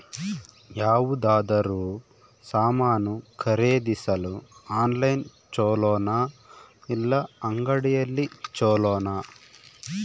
ಯಾವುದಾದರೂ ಸಾಮಾನು ಖರೇದಿಸಲು ಆನ್ಲೈನ್ ಛೊಲೊನಾ ಇಲ್ಲ ಅಂಗಡಿಯಲ್ಲಿ ಛೊಲೊನಾ?